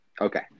Okay